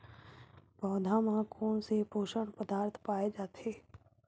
पौधा मा कोन से पोषक पदार्थ पाए जाथे?